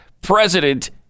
president